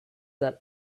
that